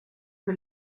que